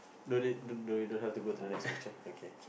no need no no you don't have to go to the next picture okay